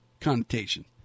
connotation